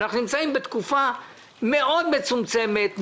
אנחנו נמצאים בתקופה מאוד מצומצמת,